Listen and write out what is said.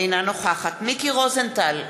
אינה נוכחת מיקי רוזנטל,